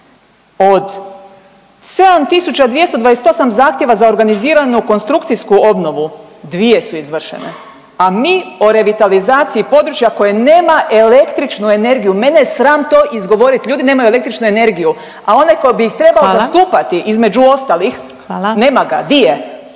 Od 7228 zahtjeva za organiziranu konstrukcijsku obnovu dvije su izvršene, a mi o revitalizaciji područja koje nema električnu energiju. Mene je sram to izgovorit, ljudi nemaju električnu energiju, a onaj ko …/Upadica Glasovac: Hvala./… bi ih trebao zastupati između ostalih …/Upadica